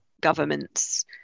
governments